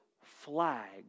flag